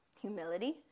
humility